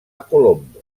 colombo